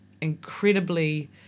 incredibly